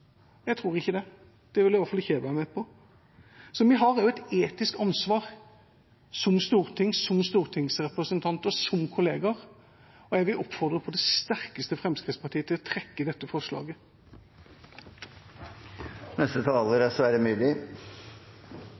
Jeg tror ikke det. Det vil i hvert fall ikke jeg være med på. Vi har også et etisk ansvar som storting, som stortingsrepresentanter, som kollegaer, og jeg vil på det sterkeste oppfordre Fremskrittspartiet til å trekke dette forslaget. Jeg tror nok det er